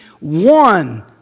one